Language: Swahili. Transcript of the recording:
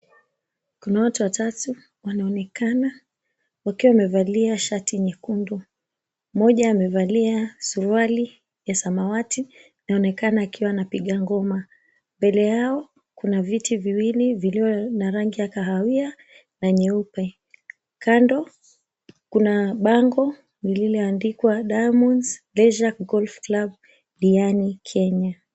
Kuna watu watatu wakiwa wamevalia shati nyekundu. Mmoja amevalia suruali ya samawati, akiwa anapiga ngoma. Mbele yao kuna viti viwili vilio na rangi ya kahawia na nyeupe. Kando kuna bango lililoandikwa; Diamond Leisure Golf Club Diani Kenya.